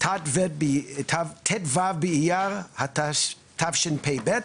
ט"ו באייר, תשפ"ב,